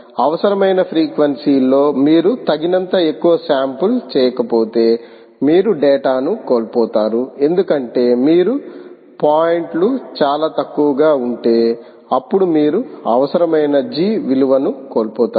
అవసరమైన ఫ్రీక్వెన్సీ లో మీరు తగినంత ఎక్కువ శాంపుల్ చేయకపోతే మీరు డేటా ను కోల్పోతారు ఎందుకంటే మీరు పాయింట్లు చాలా తక్కువగా ఉంటే అప్పుడు మీరు అవసరమైన G విలువను కోల్పోతారు